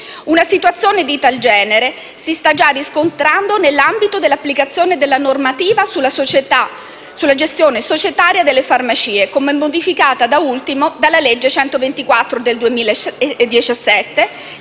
Una situazione di tal genere si sta già riscontrando nell'ambito dell'applicazione della normativa sulla gestione societaria delle farmacie, come modificata da ultimo dalla legge n. 124 del 2017,